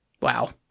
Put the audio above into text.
Wow